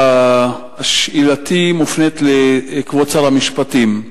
שאלתי מופנית לכבוד שר המשפטים.